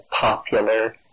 popular